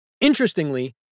Interestingly